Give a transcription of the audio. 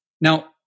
Now